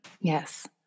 Yes